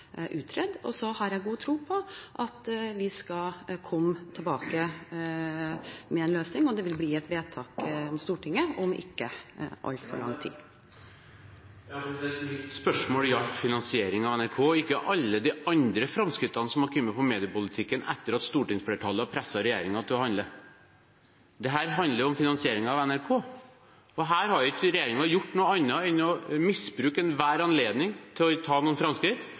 Så har jeg god tro på at vi skal komme tilbake med en løsning, og at det vil bli et vedtak i Stortinget om ikke altfor lang tid. Mitt spørsmål gjaldt finansiering av NRK, ikke alle de andre framskrittene som har kommet på mediepolitikken etter at stortingsflertallet har presset regjeringen til å handle. Dette handler om finansieringen av NRK, og her har ikke regjeringen gjort noe annet enn å misbruke enhver anledning til å gjøre framskritt